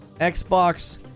Xbox